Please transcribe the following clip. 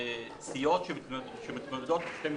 סיעות שמתמודדות כשתי מפלגות,